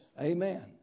Amen